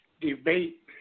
debate